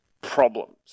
problems